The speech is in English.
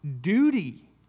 duty